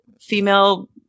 female